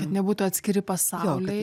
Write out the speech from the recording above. kad nebūtų atskiri pasauliai